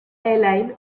airline